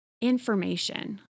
information